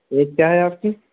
age کیا ہے آپ کی